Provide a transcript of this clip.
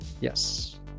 yes